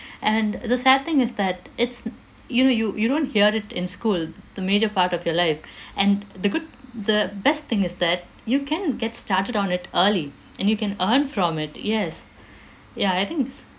and the sad thing is that it's you you you don't hear it in school the major part of your life and the good the best thing is that you can get started on it early and you can earn from it yes ya I think it's